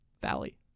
Valley